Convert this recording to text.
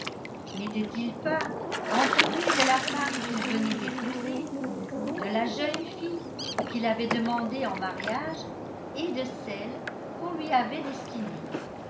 n'était-il pas entouré de la femme qu'il venait d'épouser de la jeune fille qu'il avait demandée en mariage et de celle qu'on lui avait destinée